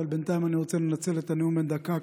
אבל בינתיים אני רוצה לנצל את הנאום בן הדקה,